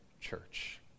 church